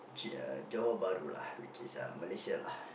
Johor-Bahru lah which is uh Malaysia lah